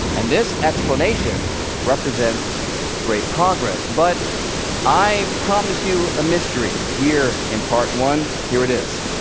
and this explanation represents great progress but i promised you a mystery here in part one. here it is.